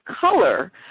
color